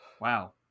Wow